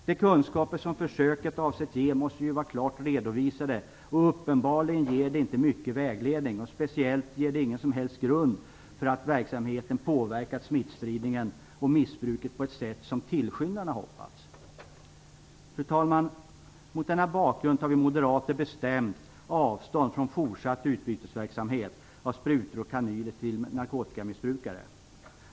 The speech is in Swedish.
De kunskaper som försöket avsett ge måste vara klart redovisade. Uppenbarligen ger de inte mycket vägledning, och speciellt ger de ingen som helst grund för att verksamheten påverkat smittspridningen och missbruket på det sätt som tillskyndarna hoppats. Fru talman! Mot denna bakgrund tar vi moderater bestämt avstånd från fortsatt utbytesverksamhet av sprutor och kanyler till narkotikamissbrukare.